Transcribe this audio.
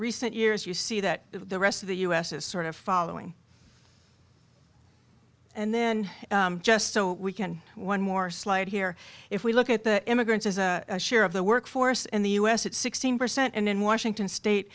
recent years you see that the rest of the u s is sort of following and then just so we can one more slide here if we look at the immigrants as a share of the workforce in the u s it's sixteen percent and in washington state